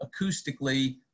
acoustically